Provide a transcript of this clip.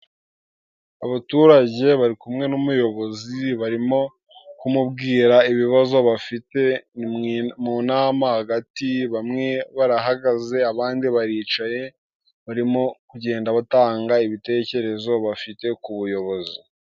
Abaturage bari kumwe n'umuyobozi, barimo kumubwira ibibazo bafite, ni mu nama hagati, bamwe barahagaze abandi baricaye, barimo kugenda batanga ibitekerezo bafite ku buyobozi.